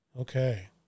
Okay